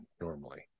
normally